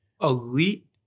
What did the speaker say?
Elite